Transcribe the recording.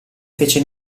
fece